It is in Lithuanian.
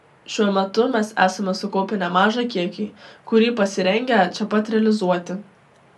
šiuo metu mes esame sukaupę nemažą kiekį kurį pasirengę čia pat realizuoti